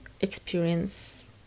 experience